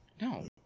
No